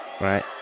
Right